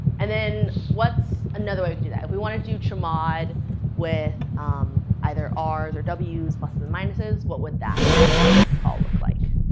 and then what's another way to do that? if we want to do chmod with um either r's or w's, plus and minuses, what would that call look like?